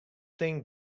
tink